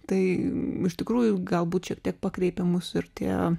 tai iš tikrųjų galbūt šiek tiek pakreipia mus ir tie